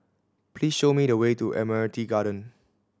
please show me the way to Admiralty Garden